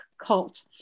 cult